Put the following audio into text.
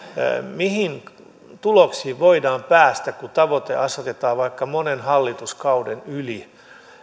mihin tuloksiin voidaan päästä kun tavoite asetetaan vaikka monen hallituskauden yli